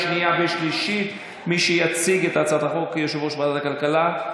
ועדת הכלכלה.